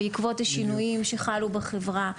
בעקבות השינויים שחלו בחברה,